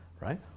Right